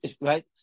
Right